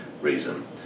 reason